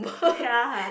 ya